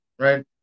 right